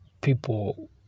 People